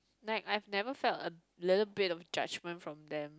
like I've never felt a little bit of judgment from them